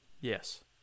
Yes